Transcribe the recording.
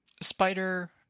spider